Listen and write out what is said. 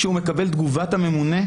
כשהוא מקבל את תגובת הממונה,